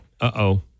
uh-oh